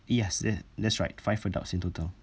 yes that's that's right five adults in total